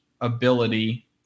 ability